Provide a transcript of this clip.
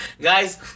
Guys